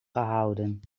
gehouden